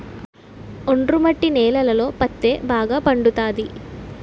ఒండ్రు మట్టి నేలలలో పత్తే బాగా పండుతది